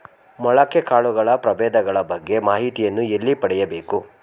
ಮೊಳಕೆ ಕಾಳುಗಳ ಪ್ರಭೇದಗಳ ಬಗ್ಗೆ ಮಾಹಿತಿಯನ್ನು ಎಲ್ಲಿ ಪಡೆಯಬೇಕು?